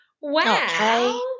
Wow